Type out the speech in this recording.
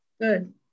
Good